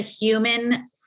human